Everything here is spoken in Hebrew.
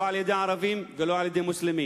לא על-ידי ערבים ולא על-ידי מוסלמים,